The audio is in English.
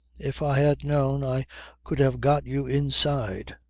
if i had known i could have got you inside.